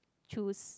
choose